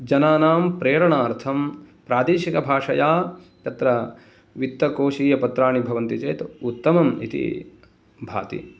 जनानां प्रेरणार्थं प्रादेशिकभाषया तत्र वित्तकोषीयपत्राणि भवन्ति चेत् उत्तमम् इति भाति